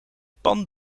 pan